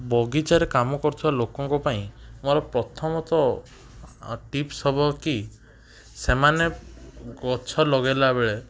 ବଗିଚାରେ କାମ କରୁଥିବା ଲୋକଙ୍କପାଇଁ ମୋର ପ୍ରଥମତଃ ଟିପ୍ସ ହବ କି ସେମାନେ ଗଛ ଲଗାଇଲାବେଳେ